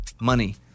money